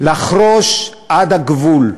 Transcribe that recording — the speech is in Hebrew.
לחרוש עד הגבול,